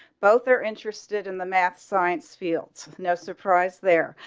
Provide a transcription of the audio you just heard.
both are interested in the math science fields. no surprise. there,